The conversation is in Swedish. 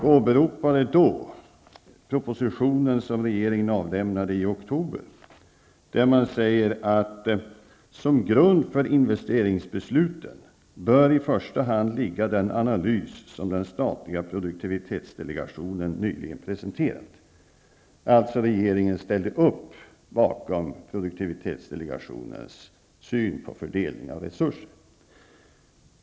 Han åberopade då den proposition som regeringen avlämnade i oktober. Man säger där att som grund för investeringsbesluten bör i första hand ligga en analys som den statliga produktivitetsdelegationen nyligen har presenterat. Alltså ställer sig regeringen bakom produktivitetsdelegationens syn på fördelning av resurser.